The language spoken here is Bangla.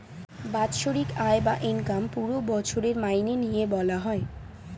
বাৎসরিক আয় বা ইনকাম পুরো বছরের মাইনে নিয়ে বলা হয়